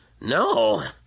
No